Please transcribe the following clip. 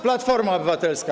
Platforma Obywatelska.